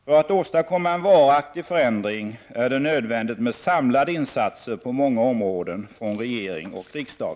För att åstadkomma en varaktig förändring är det nödvändigt med samlade insatser på många områden från regering och riksdag.